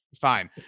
Fine